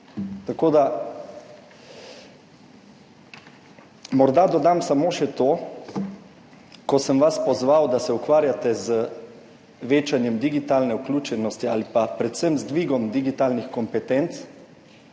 rešeno. Morda dodam samo še to, ko sem vas pozval, da se ukvarjate z večanjem digitalne vključenosti ali pa predvsem z dvigom digitalnih kompetenc